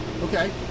Okay